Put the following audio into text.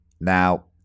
now